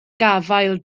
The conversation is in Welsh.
gafael